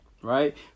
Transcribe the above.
right